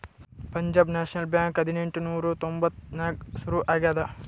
Punjab National Bank ಹದಿನೆಂಟ್ ನೂರಾ ತೊಂಬತ್ತ್ ನಾಕ್ನಾಗ್ ಸುರು ಆಗ್ಯಾದ